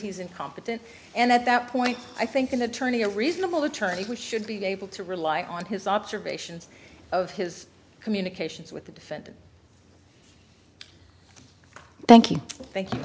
he's incompetent and at that point i think an attorney a reasonable attorney should be able to rely on his observations of his communications with the defendant thank you you thank